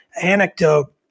anecdote